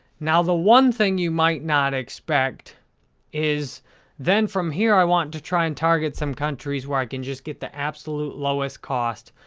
now, the one thing you might not expect is then, from here, i want to try and target some countries where i can just get the absolute lowest cost,